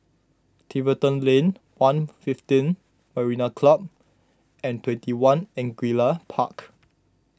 Tiverton Lane one fifteen Marina Club and twenty one Angullia Park